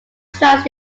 trans